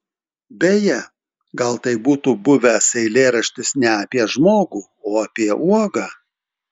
beje gal tai būtų buvęs eilėraštis ne apie žmogų o apie uogą